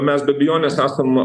mes be abejonės esam